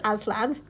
Aslan